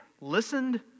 listened